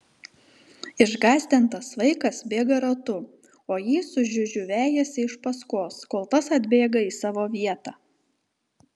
išgąsdintas vaikas bėga ratu o jį su žiužiu vejasi iš paskos kol tas atbėga į savo vietą